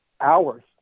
hours